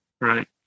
Right